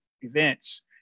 events